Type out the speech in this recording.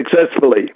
successfully